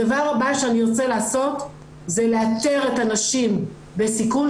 הדבר הבא שאני ארצה לעשות זה לאתר את הנשים בסיכון,